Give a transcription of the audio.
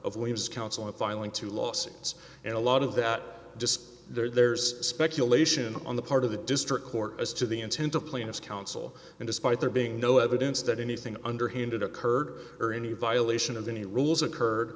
of williams counsel in filing two lawsuits and a lot of that there's speculation on the part of the district court as to the intent of plaintiff's counsel and despite there being no evidence that anything underhanded occurred or any violation of any rules occurred